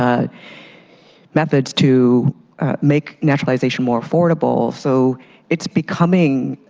ah methods to make naturalization more affordable. so it's becoming